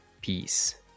Peace